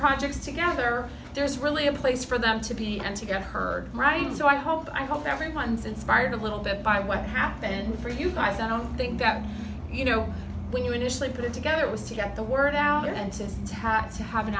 projects together there's really a place for them to be and to get heard right so i hope i hope everyone's inspired a little bit by what happened for you guys i don't think that you you know when you initially put it together it was to get the word out there and to tack to have an